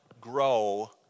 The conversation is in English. grow